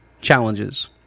challenges